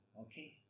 Okay